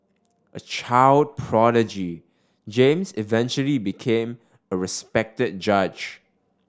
a child prodigy James eventually became a respected judge